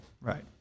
Right